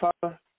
Father